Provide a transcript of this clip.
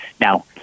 Now